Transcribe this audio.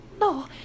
no